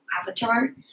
Avatar